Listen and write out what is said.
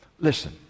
Listen